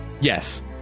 yes